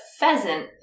pheasant